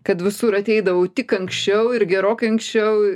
kad visur ateidavau tik anksčiau ir gerokai anksčiau